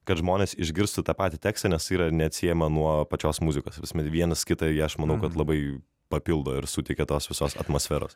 kad žmonės išgirstų tą patį tekstą nes yra neatsiejama nuo pačios muzikos visuomet vienas kitą jie aš manau kad labai papildo ir suteikia tos visos atmosferos